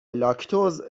لاکتوز